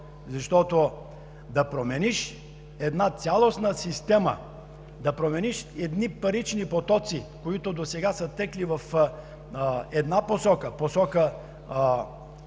защото да промениш една цялостна система, да промениш едни парични потоци, които досега са текли в една посока – посока